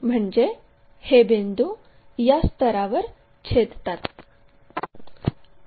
म्हणजे हे बिंदू या स्तरावर छेदतात